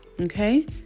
Okay